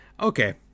Okay